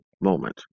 moment